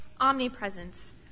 Omnipresence